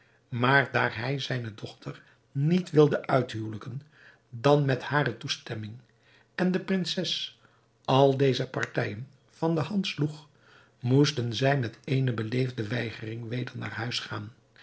maar daar hij zijne dochter niet wilde uithuwelijken dan met hare toestemming en de prinses al deze partijen van de hand sloeg moesten zij met eene beleefde weigering weder naar huis gaan